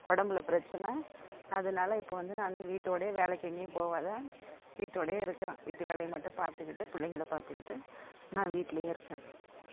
உடம்புல பிரச்சின அதனால இப்போ வந்து நான் வீட்டோடையே வேலைக்கு எங்கேயும் போகாத வீட்டோடயே இருக்கிறேன் வீட்டு வேலையை மட்டும் பார்த்துக்கிட்டு பிள்ளைங்கள பார்த்துக்கிட்டு நான் வீட்டிலயே இருக்கேன்